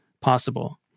possible